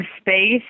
space